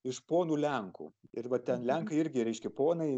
iš ponų lenkų ir va ten lenkai irgi reiškia ponai